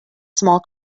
small